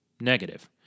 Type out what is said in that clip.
negative